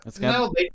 no